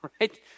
right